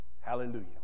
Hallelujah